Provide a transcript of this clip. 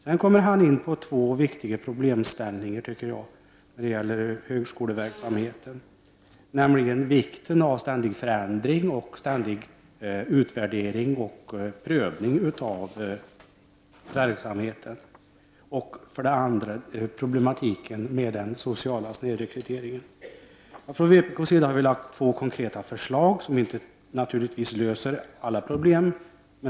Sedan kom Bengt Silfverstrand in på två viktiga problemställningar när det gäller högskoleverksamheten, nämligen för det första vikten av ständig förändring och ständig utvärdering och prövning av verksamheten, och för det andra problemen med den sociala snedrekryteringen. Från vpk:s sida har vi lagt fram två konkreta förslag, som naturligtvis inte löser alla problem.